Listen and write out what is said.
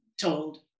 told